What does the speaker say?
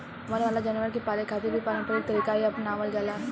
वन वाला जानवर के पाले खातिर भी पारम्परिक तरीका ही आपनावल जाला